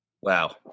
Wow